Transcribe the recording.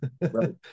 right